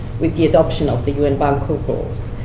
with the adoption of the un bangkok rules.